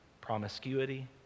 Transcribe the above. promiscuity